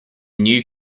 new